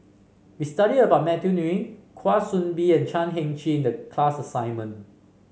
we studied about Matthew Ngui Kwa Soon Bee and Chan Heng Chee in the class assignment